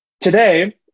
Today